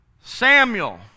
Samuel